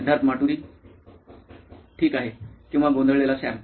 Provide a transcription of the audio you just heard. सिद्धार्थ माटुरी मुख्य कार्यकारी अधिकारी नॉइन इलेक्ट्रॉनिक्स ठीक आहे किंवा गोंधळलेला सॅम